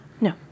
No